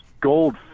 gold